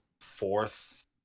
fourth